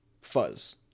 fuzz